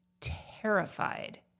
terrified